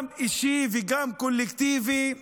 גם אישי וגם קולקטיבי,